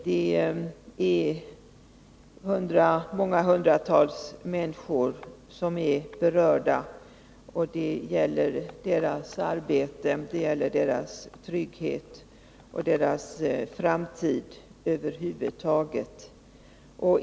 Det är många hundratal människor som är berörda och det gäller deras arbete, det gäller deras trygghet och det gäller deras framtid över huvud taget.